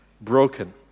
broken